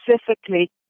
specifically